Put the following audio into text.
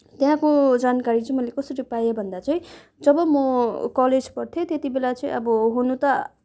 त्यहाँको जानकारी चाहिँ मैले कसरी पाएँ भन्दा चाहिँ जब म कलेज पढ्थेँ त्यति बेला चाहिँ अब हुन त